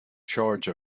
charge